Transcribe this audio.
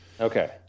okay